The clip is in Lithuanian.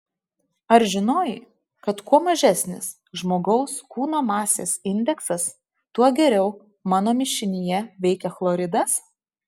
ar žinojai kad kuo mažesnis žmogaus kūno masės indeksas tuo geriau mano mišinyje veikia chloridas